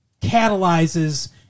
catalyzes